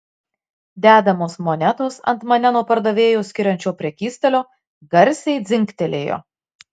dedamos monetos ant mane nuo pardavėjo skiriančio prekystalio garsiai dzingtelėjo